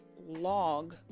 log